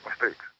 mistakes